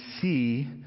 see